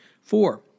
Four